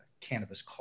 cannabis